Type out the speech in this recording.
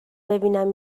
ببینم